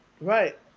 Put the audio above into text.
right